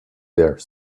there